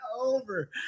over